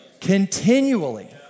continually